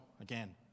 again